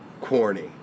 corny